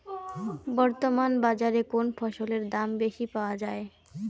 বর্তমান বাজারে কোন ফসলের দাম বেশি পাওয়া য়ায়?